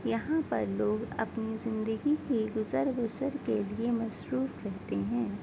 یہاں پر لوگ اپنی زندگی کے گزر بسر کے لیے مصروف رہتے ہیں